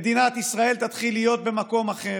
מדינת ישראל תתחיל להיות במקום אחר.